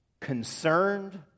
concerned